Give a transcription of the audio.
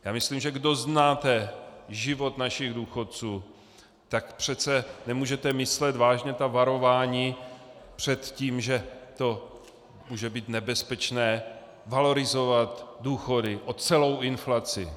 Já myslím, že kdo znáte život našich důchodců, tak přece nemůžete myslet vážně ta varování před tím, že může být nebezpečné valorizovat důchody o celou inflaci.